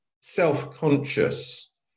self-conscious